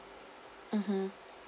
mmhmm